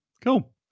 Cool